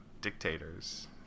dictators